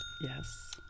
Yes